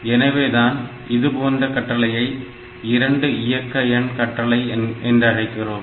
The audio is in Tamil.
எனவேதான் இதுபோன்ற கட்டளையை 2 இயக்கு எண் கட்டளை என்றழைக்கிறோம்